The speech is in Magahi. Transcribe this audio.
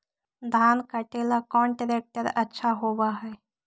धान कटे ला कौन ट्रैक्टर अच्छा होबा है?